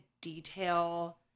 detail